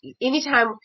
anytime